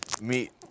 meet